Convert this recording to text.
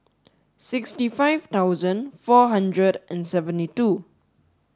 sixty five dozen four hundred and seventy two